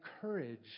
courage